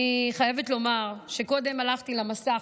אני חייבת לומר שקודם הלכתי למסך,